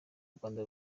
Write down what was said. rwanda